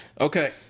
Okay